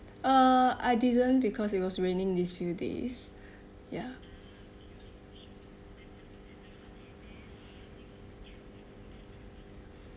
uh I didn't because it was raining these few days ya